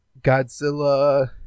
Godzilla